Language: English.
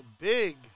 big